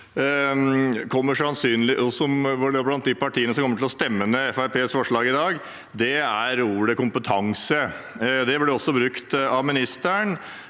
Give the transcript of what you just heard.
saken blant de partiene som kommer til å stemme ned Fremskrittspartiets forslag i dag, er ordet «kompetanse». Det ble også brukt av ministeren.